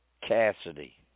Cassidy